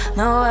no